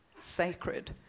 sacred